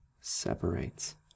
separates